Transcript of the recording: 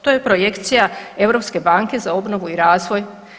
To je projekcija Europske banke za obnovu i razvoj.